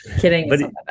Kidding